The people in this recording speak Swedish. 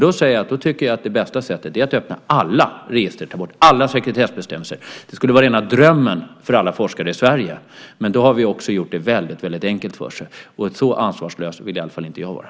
Då tycker jag att bästa sättet är att öppna alla register, att ta bort alla sekretessbestämmelser. Det skulle vara rena drömmen för alla forskare i Sverige. Men då har vi också gjort det väldigt enkelt för oss. Så ansvarslös vill i alla fall inte jag vara.